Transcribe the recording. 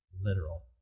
Literal